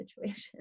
situation